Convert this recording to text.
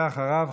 ואחריו,